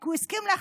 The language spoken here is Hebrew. הוא הסכים להוציא,